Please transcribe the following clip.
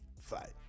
fight